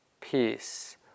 peace